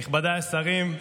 נכבדיי השרים,